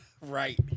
Right